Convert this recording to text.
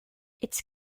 its